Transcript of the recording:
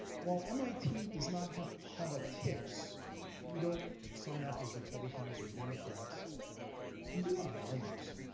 while mit does not have politics we don't sign up as republicans or democrats we do have values.